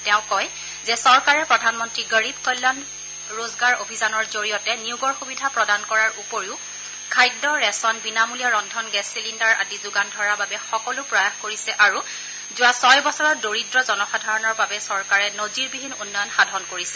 তেওঁ কয় যে চৰকাৰে প্ৰধানমন্ত্ৰী গৰীৱ কল্যাণ ৰোজগাৰ অভিযানৰ জৰিয়তে নিয়োগৰ সুবিধা প্ৰদান কৰাৰ উপৰিও খাদ্য ৰেছন পাতি বিনামলীয়া গেছ চিলিণ্ডাৰ আদি যোগান ধৰাৰ বাবে সকলো প্ৰয়াস কৰিছে আৰু যোৱা ছয় বছৰত দৰিদ্ৰ জনসাধাৰণৰ বাবে চৰকাৰে নজিৰবিহীন উন্নয়ন সাধন কৰিছে